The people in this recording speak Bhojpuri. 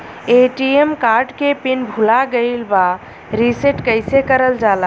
ए.टी.एम कार्ड के पिन भूला गइल बा रीसेट कईसे करल जाला?